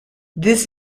this